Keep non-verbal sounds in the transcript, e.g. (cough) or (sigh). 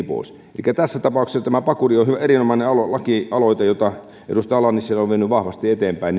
(unintelligible) pois elikkä tässä tapauksessa tämä pakuri erinomainen lakialoite jota edustaja ala nissilä on vienyt vahvasti eteenpäin (unintelligible)